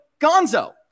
Gonzo